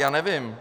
Já nevím.